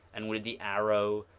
and with the arrow,